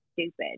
stupid